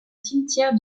cimetière